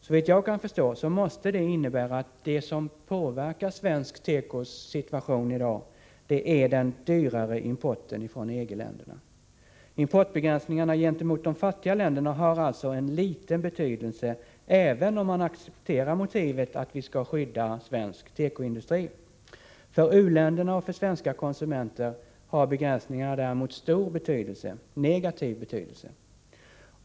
Såvitt jag kan förstå måste det innebära att det som påverkar svensk tekoindustris situation i dag är den dyrare importen från EG-länderna. Importbegränsningar gentemot de fattigare länderna har alltså en liten betydelse, även om man accepterar motivet att vi skall skydda svensk tekoindustri. För u-länderna och för svenska konsumenter har begränsningarna däremot stor negativ betydelse.